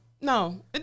No